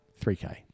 3k